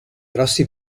grossi